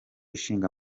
ishinga